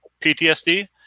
PTSD